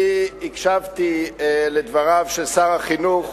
אני הקשבתי לדבריו של שר החינוך